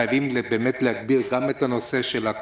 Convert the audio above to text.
חייבים באמת להגביר גם את העניין הכספי,